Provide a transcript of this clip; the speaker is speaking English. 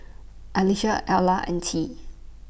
Alivia Ayla and Tea